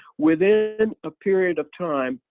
within a period of time,